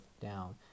down